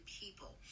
people